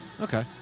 Okay